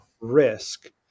risk